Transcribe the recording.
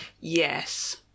Yes